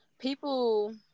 People